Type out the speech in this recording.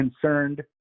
Concerned